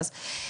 הפעם זה התחבר.